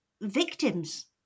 victims